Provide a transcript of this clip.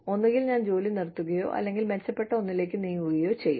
ഒന്നുകിൽ ഞാൻ ജോലി നിർത്തുകയോ അല്ലെങ്കിൽ മെച്ചപ്പെട്ട ഒന്നിലേക്ക് നീങ്ങുകയോ ചെയ്യും